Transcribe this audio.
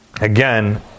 again